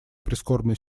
прискорбной